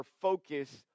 focus